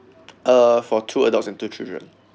uh for two adults and two children